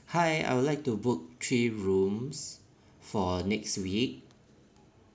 hi I would like to book three rooms for next week